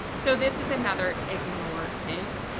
so this is another ignore hint.